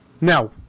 Now